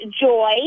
Joy